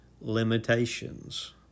limitations